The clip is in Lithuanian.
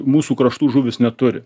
mūsų kraštų žuvys neturi